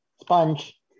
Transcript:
sponge